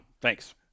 Thanks